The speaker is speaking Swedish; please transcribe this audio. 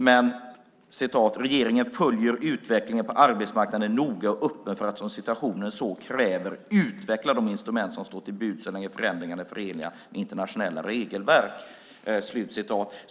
Men regeringen följer utvecklingen på arbetsmarknaden noga och är öppen för att, om situationen så kräver, utveckla de instrument som står till buds så länge förändringarna är förenliga med de internationella regelverk som gäller för Sverige."